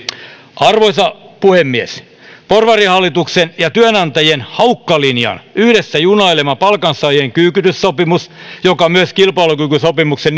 arvoisa puhemies porvarihallituksen ja työnantajien haukkalinjan yhdessä junailema palkansaajien kyykytyssopimus joka myös kilpailukykysopimuksen